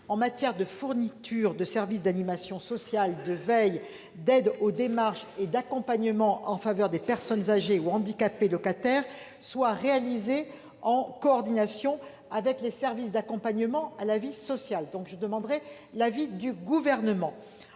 en matière de fourniture de services d'animation sociale, de veille, d'aide aux démarches et d'accompagnement en faveur des personnes âgées ou handicapées locataires est réalisé en coordination avec les services d'accompagnement à la vie sociale. La commission souhaite connaître l'avis du Gouvernement